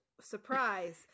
surprise